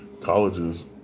Colleges